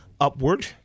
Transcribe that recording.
upward